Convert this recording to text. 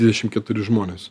dvidešim keturi žmonės